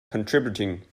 contributing